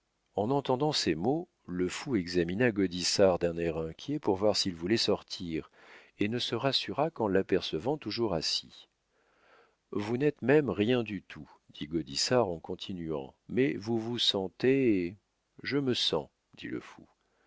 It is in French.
en entendant ces mots le fou examina gaudissart d'un air inquiet pour voir s'il voulait sortir et ne se rassura qu'en l'apercevant toujours assis vous n'êtes même rien du tout dit gaudissart en continuant mais vous vous sentez je me sens dit le fou